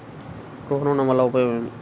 గృహ ఋణం వల్ల ఉపయోగం ఏమి?